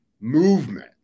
movement